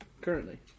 Currently